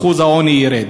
אחוז העוני ירד.